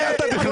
מי אני?